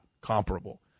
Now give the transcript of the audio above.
comparable